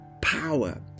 power